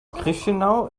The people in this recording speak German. chișinău